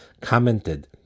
commented